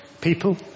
People